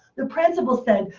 the principal said,